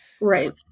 right